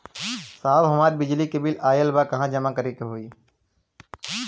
साहब हमार बिजली क बिल ऑयल बा कहाँ जमा करेके होइ?